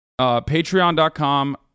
patreon.com